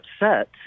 upset